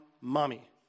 mommy